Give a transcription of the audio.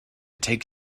take